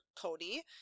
Cody